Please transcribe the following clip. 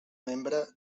membre